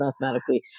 mathematically